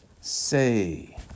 Say